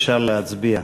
אפשר להצביע.